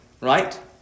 right